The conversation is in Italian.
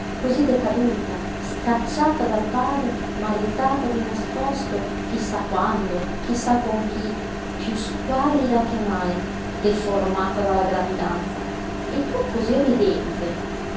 cosí decaduta scacciata dal padre maritata di nascosto chi sa quando chi sa con chi piú squallida che mai deformata dalla gravidanza e pur cosí ridente